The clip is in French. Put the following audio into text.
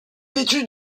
vêtu